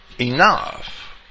enough